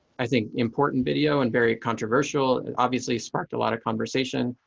i think, important video and very controversial. it obviously sparked a lot of conversation.